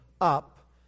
up